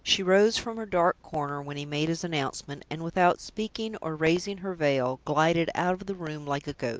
she rose from her dark corner when he made his announcement, and, without speaking or raising her veil, glided out of the room like a ghost.